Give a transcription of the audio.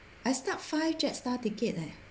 I stuck five jetstar ticket leh